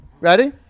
Ready